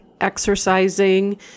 exercising